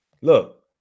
look